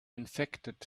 infected